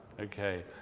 okay